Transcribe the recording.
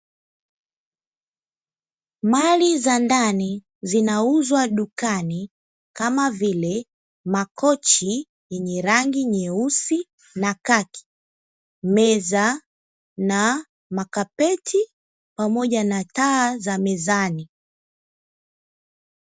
Mali za ndani zinauzwa dukani kama vile; makochi yenye rangi nyeusi na kaki, meza na makapeti pamoja na taa za mezani.